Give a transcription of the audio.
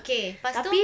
okay pas tu